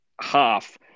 half